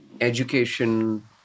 education